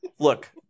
Look